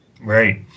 Right